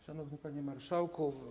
Szanowny Panie Marszałku!